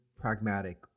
pragmatic